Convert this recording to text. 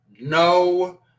No